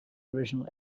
original